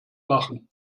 machen